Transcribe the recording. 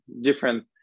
different